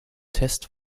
test